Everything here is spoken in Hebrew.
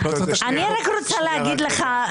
אני רק רוצה להגיד לך,